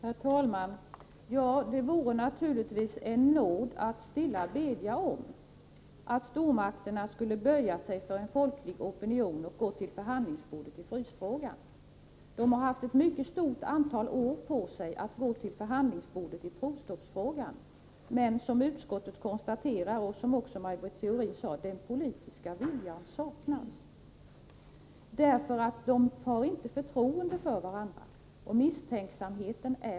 Herr talman! Det vore naturligtvis en nåd att stilla bedja om, att stormakterna skulle böja sig för en folklig opinion och gå till förhandlingsbordet i frysfrågan. De har haft ett mycket stort antal år på sig att gå till förhandlingsbordet i provstoppsfrågan, men som utskottet konstaterat — och det sade också Maj Britt Theorin — saknas den politiska viljan. Det gör den därför att de inte har förtroende för varandra; misstänksamheten är stor.